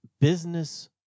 business